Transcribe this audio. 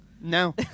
No